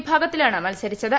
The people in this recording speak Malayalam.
വിഭാഗത്തിലാണ് മത്സരിച്ചത്